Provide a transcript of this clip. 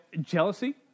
jealousy